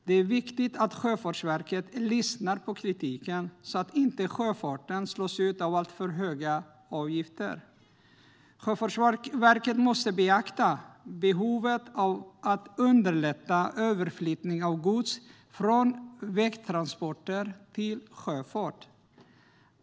Det är viktigt att Sjöfartsverket lyssnar på kritiken, så att inte sjöfarten slås ut av alltför höga avgifter. Sjöfartsverket måste beakta behovet av att underlätta överflyttning av gods från vägtransporter till sjöfart.